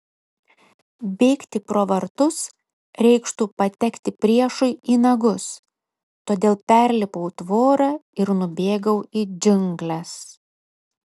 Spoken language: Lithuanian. bėgti pro vartus reikštų patekti priešui į nagus todėl perlipau tvorą ir nubėgau į džiungles